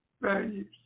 values